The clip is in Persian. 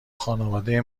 خانواده